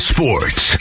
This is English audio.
Sports